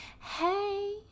Hey